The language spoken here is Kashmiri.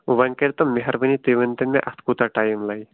وۄنۍ کٔرۍتو مہربٲنی تُہۍ ؤنۍتو مےٚ اَتھ کوٗتاہ ٹایِم لَگہِ